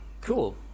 Cool